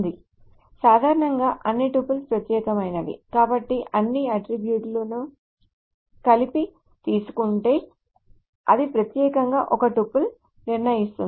సాధారణంగా అన్ని టుపుల్స్ ప్రత్యేకమైనవి కాబట్టి అన్ని అట్ట్రిబ్యూట్ లను కలిపి తీసుకుంటే అది ప్రత్యేకంగా ఒక టుపుల్ను నిర్ణయిస్తుంది